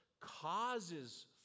causes